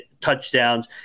touchdowns